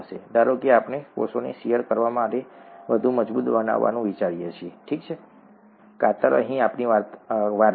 ધારો કે આપણે કોષોને શીયર કરવા માટે વધુ મજબૂત બનાવવાનું વિચારીએ છીએ ઠીક છે કાતર અહીં આપણી વાર્તા છે